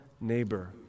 neighbor